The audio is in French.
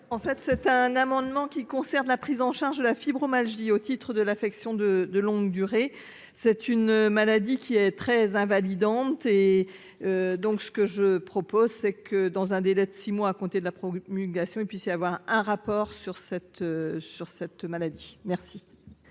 En fait c'est un amendement qui concerne la prise en charge de la fibro magie au titre de l'affection de de longue durée, c'est une maladie qui est très invalidante et donc ce que je propose, c'est que dans un délai de 6 mois à compter de la promulgation, il puisse y avoir. Un rapport sur cette sur cette